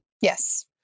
Yes